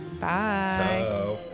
bye